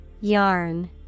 Yarn